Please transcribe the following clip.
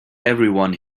everyone